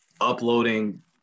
uploading